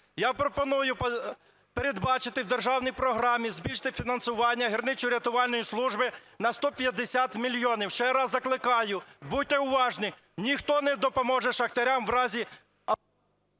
Я пропоную передбачити в державній програмі збільшити фінансування гірничорятувальної служби на 150 мільйонів. Ще раз закликаю, будьте уважні, ніхто не допоможе шахтарям у разі…